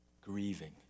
grieving